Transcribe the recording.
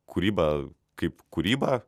kūryba kaip kūryba